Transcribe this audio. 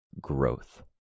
Growth